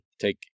take